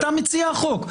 אתה מציע החוק.